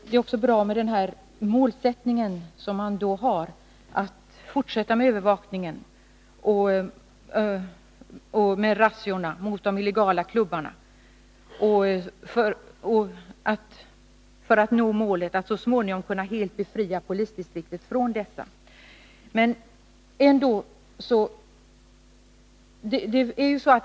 Det är också bra med den målsättning polisen har, att fortsätta med övervakningen och med razziorna mot de illegala klubbarna för att så småningom helt kunna befria polisdistriktet från den här verksamheten.